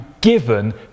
given